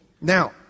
Now